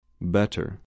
Better